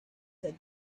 said